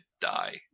die